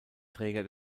träger